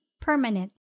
permanent